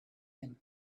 him